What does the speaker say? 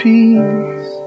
Peace